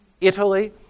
Italy